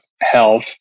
health